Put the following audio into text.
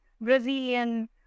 Brazilian